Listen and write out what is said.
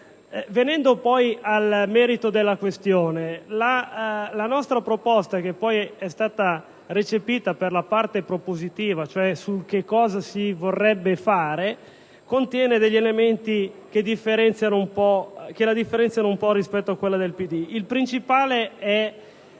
Venendo al merito della questione, la nostra proposta - che poi è stata recepita per la parte propositiva, su cosa cioè si vorrebbe fare - contiene elementi che la differenziano un po' rispetto a quella del PD.